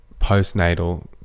postnatal